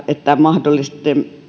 että